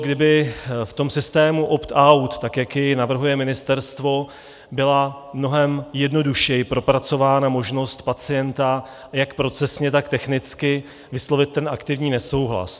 Kdyby v systému optout, jak jej navrhuje ministerstvo, byla mnohem jednodušeji propracována možnost pacienta jak procesně, tak technicky vyslovit aktivní nesouhlas.